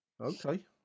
Okay